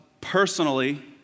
personally